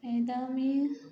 मैदा भी